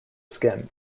skin